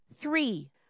Three